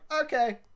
okay